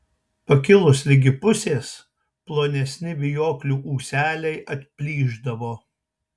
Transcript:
pakilus ligi pusės plonesni vijoklių ūseliai atplyšdavo